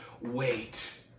wait